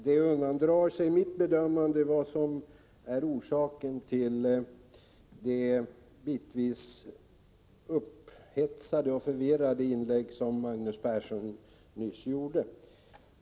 Herr talman! Vad som är orsaken till Magnus Perssons bitvis upphetsade och förvirrade inlägg nyss undandrar sig mitt bedömande.